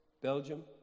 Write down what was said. Belgium